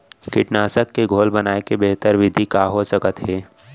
कीटनाशक के घोल बनाए के बेहतर विधि का हो सकत हे?